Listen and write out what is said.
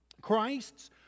Christ's